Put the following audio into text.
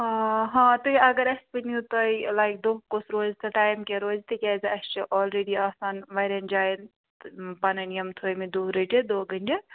آ ہا تُہۍ اَگر اسہِ ؤنِو تۅہہِ لایِک تۅہہِ کُس دۅہ روزِ تہٕ ٹایم کیٛاہ روزِ تِکیٛازِ اَسہِ چھُ آل ریڈی آسان وارہایَن جایَن پَنٕنۍ یِم تھٲمِتۍ دۅہ رٔٹِتھ دۅہ گٔنٛڈِتھ